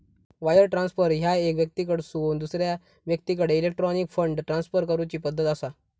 wire transfer ह्या एका व्यक्तीकडसून दुसरा व्यक्तीकडे इलेक्ट्रॉनिक फंड ट्रान्सफर करूची पद्धत असा